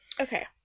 Okay